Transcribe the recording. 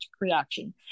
reaction